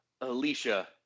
alicia